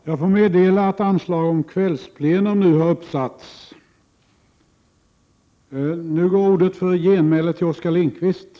Jag får meddela att anslag nu har satts upp om att detta sammanträde skall fortsätta efter kl. 19.00.